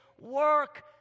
work